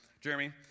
Jeremy